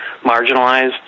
marginalized